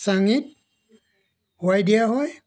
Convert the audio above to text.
চাঙিত শুৱাই দিয়া হয়